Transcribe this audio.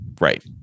Right